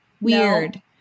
Weird